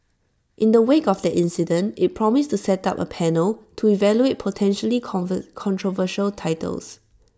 in the wake of that incident IT promised to set up A panel to evaluate potentially controversial titles